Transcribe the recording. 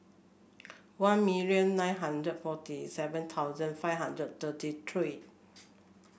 one million nine hundred forty seven thousand five hundred thirty three